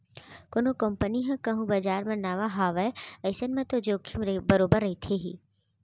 कोनो कंपनी ह कहूँ बजार म नवा हावय अइसन म तो जोखिम बरोबर रहिथे ही